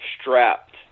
strapped